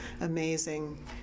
amazing